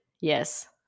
yes